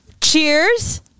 Cheers